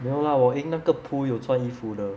没有啦我赢那个 pooh 有穿衣服的